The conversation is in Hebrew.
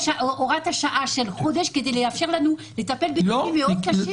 הוראת שעה של חודש כדי לאפשר לנו לטפל בתיקים מאוד קשים?